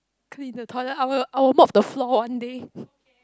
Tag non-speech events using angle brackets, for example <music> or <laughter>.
clean the toilet I will I will mop the floor one day <breath>